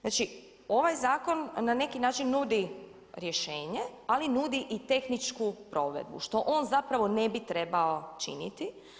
Znači, ovaj zakon na neki način nudi rješenje, ali nudi i tehničku provedbu što on zapravo ne bi trebao činiti.